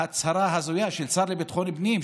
ההצהרה ההזויה של השר לביטחון פנים,